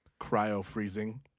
cryo-freezing